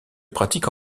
pratique